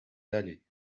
d’aller